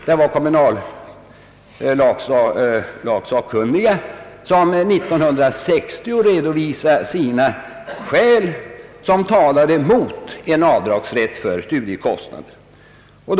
Det var kommunallagssakkunniga, som 1960 redovisade sina skäl mot avdragsrätt för studiekostnader.